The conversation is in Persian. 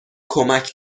کمک